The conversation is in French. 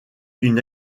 une